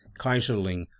Kaiserling